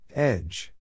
Edge